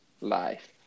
Life